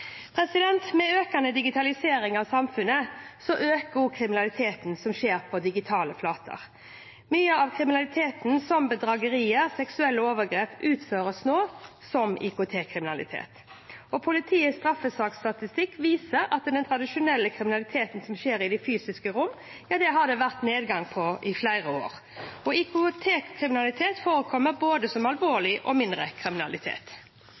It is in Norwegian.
Med økende digitalisering av samfunnet øker også kriminaliteten som skjer på digitale flater. Mye av kriminaliteten, som bedragerier og seksuelle overgrep, utføres nå som IKT-kriminalitet. Politiets straffesaksstatistikk viser at den tradisjonelle kriminaliteten som skjer i det fysiske rom, har vært i nedgang i flere år. IKT-kriminalitet forekommer både som alvorlig og mindre alvorlig kriminalitet.